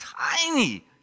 tiny